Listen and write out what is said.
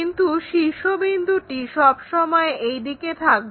কিন্তু শীর্ষবিন্দু সবসময় এইদিকে থাকবে